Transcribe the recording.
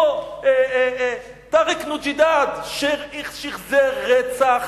אותו טארק נוג'ידאת, ששחזר רצח